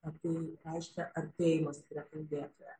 tai reiškia artėjimas prie kalbėtojo